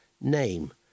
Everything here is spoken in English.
Name